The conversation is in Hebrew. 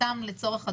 סתם לצורך הדוגמה,